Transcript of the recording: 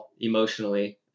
emotionally